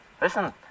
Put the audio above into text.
listen